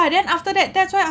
but then after that that's why I